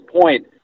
point